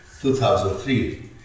2003